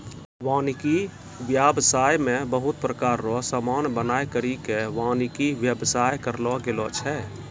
वानिकी व्याबसाय मे बहुत प्रकार रो समान बनाय करि के वानिकी व्याबसाय करलो गेलो छै